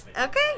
Okay